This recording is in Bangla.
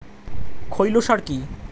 খৈল সার কি?